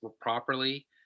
properly